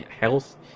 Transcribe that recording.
health